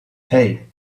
hey